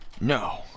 No